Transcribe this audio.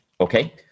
Okay